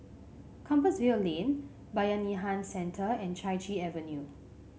Compassvale Lane Bayanihan Centre and Chai Chee Avenue